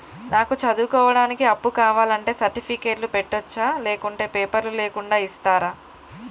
నాకు చదువుకోవడానికి అప్పు కావాలంటే సర్టిఫికెట్లు పెట్టొచ్చా లేకుంటే పేపర్లు లేకుండా ఇస్తరా?